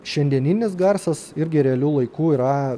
šiandieninis garsas irgi realiu laiku yra